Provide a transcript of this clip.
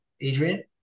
adrian